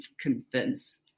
convince